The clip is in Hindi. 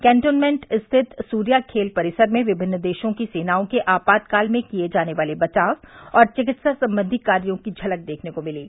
कैन्टोनमेंट स्थित सूर्या खेल परिसर में विभिन्न देशों की सेनाओं के आपात काल में किये जाने वाले बचाव और चिकित्सा संबंधी कार्यो की झलक देखने को मिली